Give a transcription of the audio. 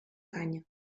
canya